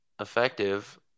effective